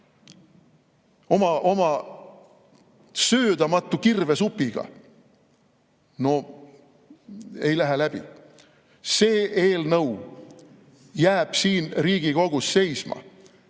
oma söödamatu kirvesupiga! No ei lähe läbi. See eelnõu jääb siin Riigikogus seisma.